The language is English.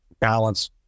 balance